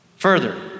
Further